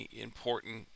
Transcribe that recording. important